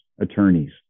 attorneys